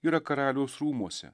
yra karaliaus rūmuose